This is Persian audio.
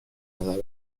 نظر